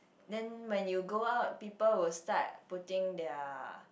then when you go out people will start putting their